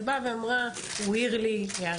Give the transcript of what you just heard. אבל מישהי באה ואמרה: הוא העיר לי הערה